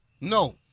No